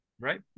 Right